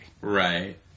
Right